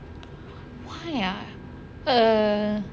why ah err